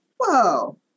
whoa